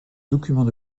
documents